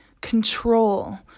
control